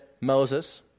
Moses